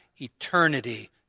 eternity